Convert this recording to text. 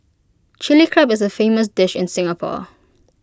Chilli Crab is A famous dish in Singapore